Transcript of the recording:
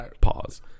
Pause